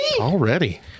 Already